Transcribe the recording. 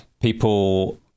people